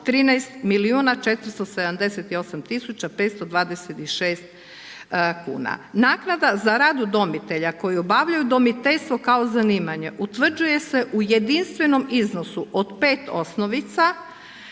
tisuća 526 kuna. Naknada za rad udomitelja, koji obavljaju udomiteljstvo kao zanimanje, utvrđuje se u jedinstvenom iznosu od 5 osnovica,